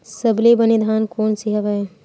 सबले बने धान कोन से हवय?